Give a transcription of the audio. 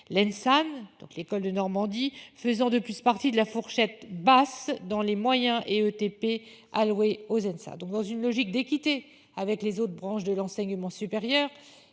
donc l'école de Normandie faisant de plus partie de la fourchette basse dans les moyens et ETP alloués aux INSA donc dans une logique d'équité avec les autres branches de l'enseignement supérieur